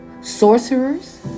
sorcerers